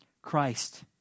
Christ